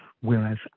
whereas